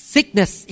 Sickness